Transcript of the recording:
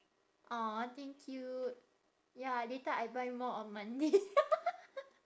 !aww! thank you ya later I buy more on monday